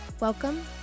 Welcome